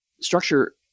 structure –